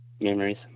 memories